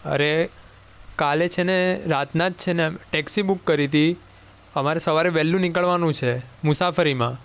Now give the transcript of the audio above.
અરે કાલે છે ને રાતના જ છે ને અમે ટેક્સી બુક કરી હતી અમારે સવારે વહેલું નીકળવાનું છે મુસાફરીમાં